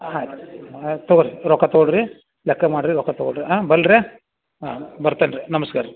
ಆಯ್ತು ಆಯ್ತು ತೊಗೋರೀ ರೊಕ್ಕ ತೊಗೊಳ್ರೀ ಲೆಕ್ಕ ಮಾಡಿರಿ ರೊಕ್ಕ ತೊಗೊಳ್ರೀ ಆಂ ಬಲ್ಲಿರೇ ಆಂ ಬರ್ತೇನೆ ರೀ ನಮಸ್ಕಾರ ರೀ